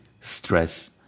stress